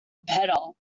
better